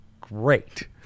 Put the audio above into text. Great